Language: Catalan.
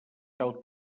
cal